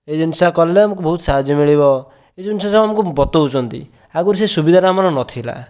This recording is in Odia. ଏ ଜିନିଷଟା କଲେ ଆମକୁ ବହୁତ ସାହାଯ୍ୟ ମିଳିବ ଏଜିନିଷ ସବୁ ଆମକୁ ବତଉଛନ୍ତି ଆଗରୁ ସେ ସୁବିଧାଟା ଆମର ନଥିଲା